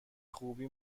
خوبی